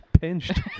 Pinched